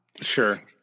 Sure